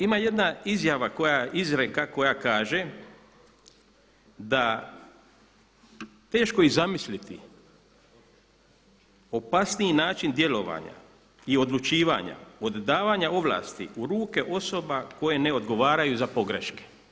Ima jedna izreka koja kaže, da teško je zamisliti opasniji način djelovanja i odlučivanja od davanja ovlasti u ruke osoba koje ne odgovaraju za pogreške.